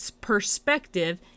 perspective